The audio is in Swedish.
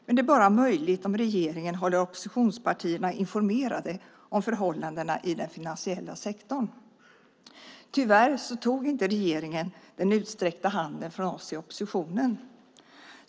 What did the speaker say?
Men det är möjligt bara om regeringen håller oppositionspartierna informerade om förhållandena i den finansiella sektorn. Tyvärr tog inte regeringen den utsträckta handen från oss i oppositionen.